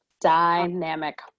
Dynamic